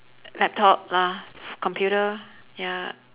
laptop lah computer ya